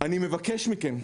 אני מבקש מכם,